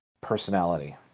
personality